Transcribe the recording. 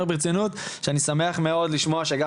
אני אומר ברצינות שאני שמח מאוד לשמוע שגם